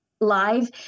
live